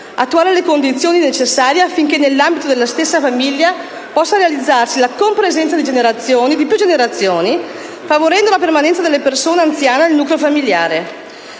attuare le condizioni necessarie affinché nell'ambito della stessa famiglia possa realizzarsi la compresenza di più generazioni, favorendo la permanenza delle persone anziane nel nucleo familiare.